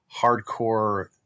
hardcore